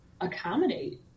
accommodate